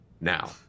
now